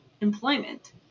employment